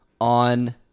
on